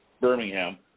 Birmingham